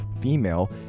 female